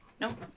no